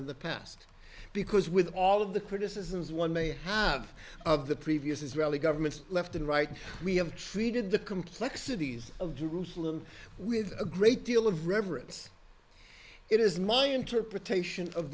in the past because with all of the criticisms one may have of the previous israeli government left and right we have treated the complexities of jerusalem with a great deal of reverence it is my interpretation of